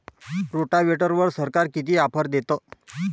रोटावेटरवर सरकार किती ऑफर देतं?